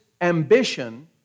ambition